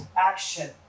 action